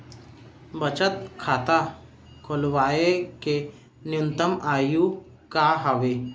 बचत खाता खोलवाय के न्यूनतम आयु का हवे?